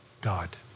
God